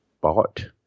bought